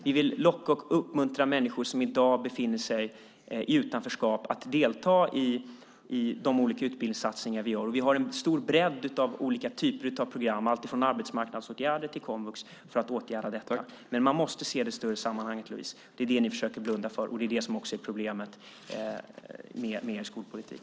Vi vill locka och uppmuntra människor som i dag befinner sig i utanförskap att delta i de olika utbildningssatsningar vi gör. Vi har en stor bredd av olika typer av program, alltifrån arbetsmarknadsåtgärder till komvux för att åtgärda detta. Men man måste se det större sammanhanget, Louise. Det är det ni försöker blunda för och det är det som också är problemet med er skolpolitik.